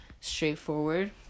straightforward